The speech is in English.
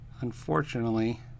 unfortunately